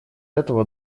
этого